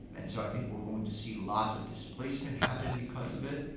and so i think we're going to see lots of displacement happen because of it.